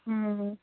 ꯎꯝ